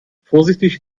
vorsichtig